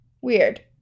Weird